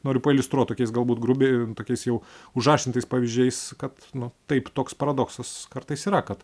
noriu pailiustruot tokiais galbūt grubiai tokiais jau užaštrintais pavyzdžiais kad nu taip toks paradoksas kartais yra kad